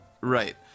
Right